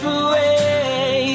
away